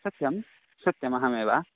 सत्यं सत्यम् अहमेव